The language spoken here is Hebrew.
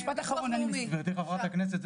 גברתי חברת הכנסת,